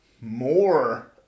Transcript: more